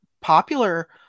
popular